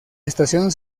estación